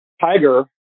Tiger